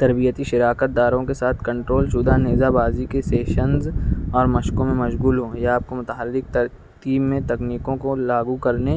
تربیتی شراکت داروں کے ساتھ کنٹرول شدہ نیزہ بازی کے سیشزن اور مشقوں میں مشغول ہوں یا آپ کو متحرک ٹیم میں تکنیکوں کو لاگو کرنے